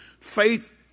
Faith